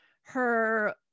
her-